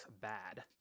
bad